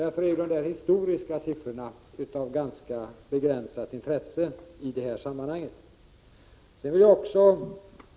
Därför är dessa historiska siffror av ganska begränsat intresse i detta sammanhang.